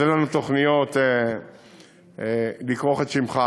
אז אין לנו תוכניות לכרוך את שמך,